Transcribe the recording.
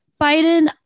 Biden